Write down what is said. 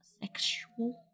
sexual